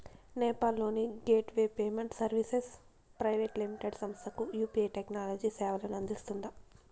నేపాల్ లోని gateway payment services private limited సంస్థకు UPI technology సేవలను అందిస్తుందా?